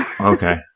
Okay